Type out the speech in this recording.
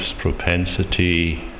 propensity